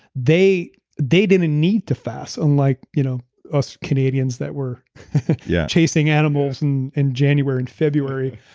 they they didn't need to fast, unlike you know us canadians that were yeah chasing animals in in january and february.